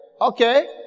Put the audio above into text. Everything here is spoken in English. Okay